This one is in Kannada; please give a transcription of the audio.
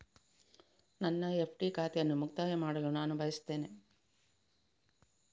ನನ್ನ ಎಫ್.ಡಿ ಖಾತೆಯನ್ನು ಮುಕ್ತಾಯ ಮಾಡಲು ನಾನು ಬಯಸ್ತೆನೆ